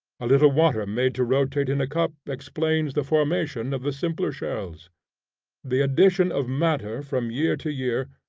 a little water made to rotate in a cup explains the formation of the simpler shells the addition of matter from year to year,